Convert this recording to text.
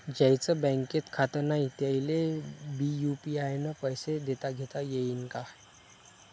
ज्याईचं बँकेत खातं नाय त्याईले बी यू.पी.आय न पैसे देताघेता येईन काय?